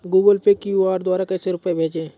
Google Pay QR द्वारा कैसे रूपए भेजें?